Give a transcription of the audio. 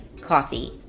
coffee